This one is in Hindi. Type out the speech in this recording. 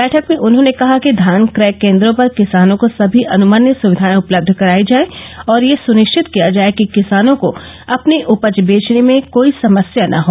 बैठक में उन्होंने ने कहा कि धान क्रय केन्द्रों पर किसानों को सभी अनुमन्य सुविधाएं उपलब्ध कराई जाएं और यह सुनिश्चित किया जाए कि किसानों को अपनी उपज बेचने में कोई समस्या न हो